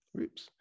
oops